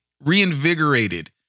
reinvigorated